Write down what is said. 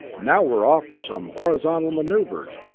now we're off for some horizontal maneuvers,